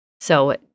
So-